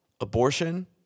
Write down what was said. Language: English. abortion